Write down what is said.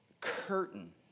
curtain